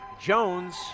Jones